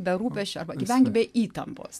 be rūpesčių arba gyvenk be įtampos